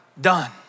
done